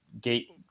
gate